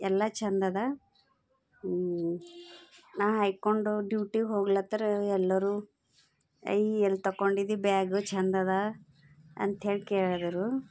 ಎಲ್ಲ ಛಂದದ ನಾ ಹಾಕೊಂಡು ಡ್ಯೂಟಿಗೆ ಹೋಗ್ಲತ್ತರ ಎಲ್ಲರು ಅಯ್ ಎಲ್ಲಿ ತಗೊಂಡಿದಿ ಬ್ಯಾಗು ಛಂದದ ಅಂತ್ಹೇಳಿ ಕೇಳಿದ್ರು